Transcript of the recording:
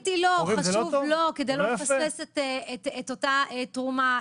קריטי לא, חשוב לא כדי לא לפספס את אותה תרומה.